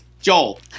Joel